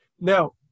Now